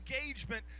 engagement